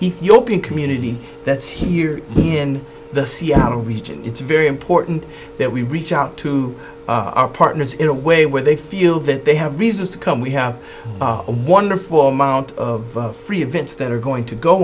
ethiopian community that's here in the seattle region it's very important that we reach out to our partners in a way where they feel that they have reasons to come we have a wonderful amount of free events that are going to go